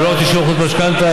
ולא רק 90% משכנתה,